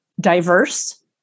diverse